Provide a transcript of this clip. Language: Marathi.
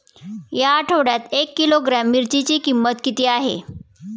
या आठवड्यात एक किलोग्रॅम मिरचीची किंमत किती आहे?